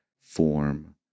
form